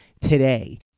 today